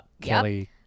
Kelly